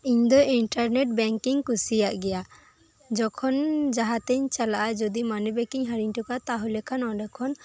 ᱤᱧ ᱫᱚ internet bank ᱤᱧ ᱠᱩᱥᱤᱭᱟᱜ ᱜᱮᱭᱟ ᱡᱚᱠᱷᱚᱱ ᱡᱟᱦᱟᱸᱛᱮᱧ ᱪᱟᱞᱟᱜᱼᱟ ᱡᱩᱫᱤ ᱢᱟᱱᱤ ᱵᱮᱠᱤᱧ ᱦᱤᱲᱤᱧ ᱚᱴᱚᱠᱟᱜᱼᱟ ᱛᱟᱦᱞᱮᱠᱷᱟᱱ ᱚᱸᱰᱮᱠᱷᱚᱱ